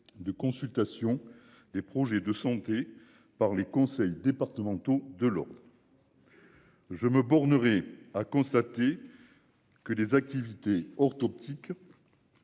de consultation des projets de santé par les conseils départementaux de l'eau. Je me bornerai à constater. Que les activités hors optique.